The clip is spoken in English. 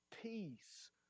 peace